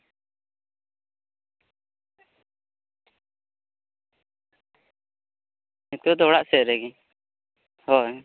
ᱱᱤᱛᱳᱜ ᱫᱚ ᱚᱲᱟᱜ ᱥᱮᱫ ᱨᱮᱜᱮ ᱦᱳᱭ